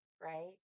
right